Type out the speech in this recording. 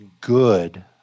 good